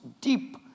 deep